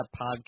Podcast